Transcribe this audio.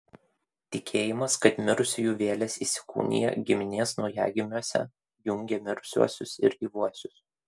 tikėjimas kad mirusiųjų vėlės įsikūnija giminės naujagimiuose jungė mirusiuosius ir gyvuosius